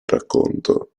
racconto